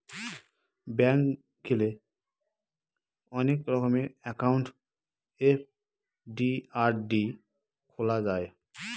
bank গেলে অনেক রকমের একাউন্ট এফ.ডি, আর.ডি খোলা যায়